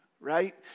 Right